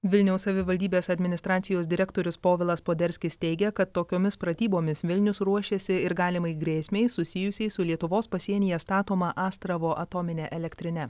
vilniaus savivaldybės administracijos direktorius povilas poderskis teigia kad tokiomis pratybomis vilnius ruošiasi ir galimai grėsmei susijusiai su lietuvos pasienyje statoma astravo atomine elektrine